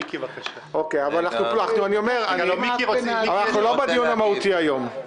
אני חוזר ואומר שאנחנו לא בדיון המהותי היום.